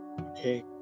Okay